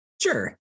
Sure